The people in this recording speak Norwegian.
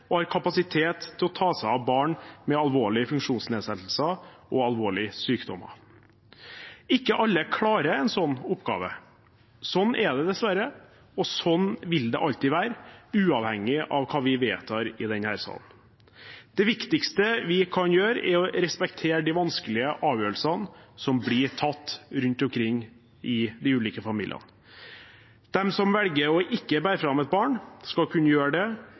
og har kapasitet til å ta seg av barn med alvorlige funksjonsnedsettelser og alvorlige sykdommer. Ikke alle klarer en sånn oppgave. Sånn er det dessverre, og sånn vil det alltid være, uavhengig av hva vi vedtar i denne salen. Det viktigste vi kan gjøre, er å respektere de vanskelige avgjørelsene som blir tatt rundt omkring i de ulike familiene. De som velger ikke å bære fram et barn, skal kunne gjøre det